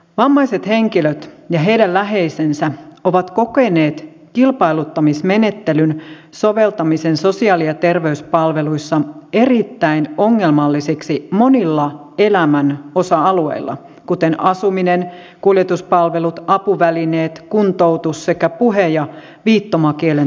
vammaiset henkilöt ja heidän läheisensä ovat kokeneet kilpailuttamismenettelyn soveltamisen sosiaali ja terveyspalveluissa erittäin ongelmalliseksi monilla elämän osa alueilla kuten asuminen kuljetuspalvelut apuvälineet kuntoutus sekä puhe ja viittomakielen tulkkaus